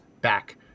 back